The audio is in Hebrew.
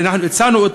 שאנחנו הצענו,